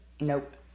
Nope